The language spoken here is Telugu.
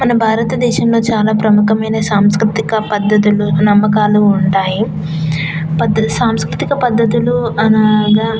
మన భారతదేశంలో చాలా ప్రముఖమైన సంస్కృతిక పద్ధతులు నమ్మకాలు ఉంటాయి పద్ధతి సాంస్కృతిక పద్ధతులు అనగా